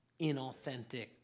inauthentic